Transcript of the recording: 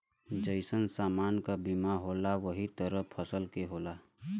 जइसन समान क बीमा होला वही तरह फसल के होला